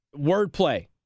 Wordplay